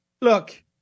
Look